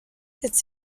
cette